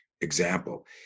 example